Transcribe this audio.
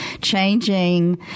changing